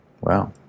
wow